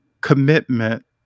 commitment